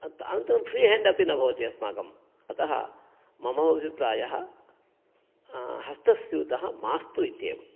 आन्तरं free hand अपि न भवति अस्माकं अतः मम अभिप्रायः हस्तस्यूतः मास्तु इत्येव